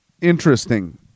interesting